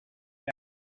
air